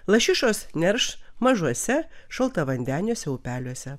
lašišos nerš mažuose šaltavandeniuose upeliuose